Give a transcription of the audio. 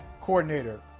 coordinator